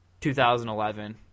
2011